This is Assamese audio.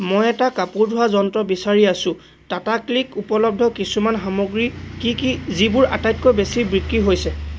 মই এটা কাপোৰ ধোৱা যন্ত্ৰ বিচাৰি আছোঁ টাটা ক্লিক উপলব্ধ কিছুমান সামগ্ৰী কি কি যিবোৰ আটাইতকৈ বেছিকৈ বিক্ৰী হৈছে